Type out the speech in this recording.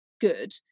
good